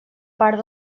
part